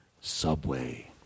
Subway